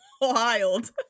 wild